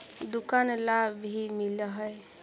दुकान ला भी मिलहै?